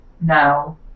now